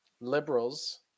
liberals